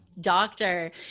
doctor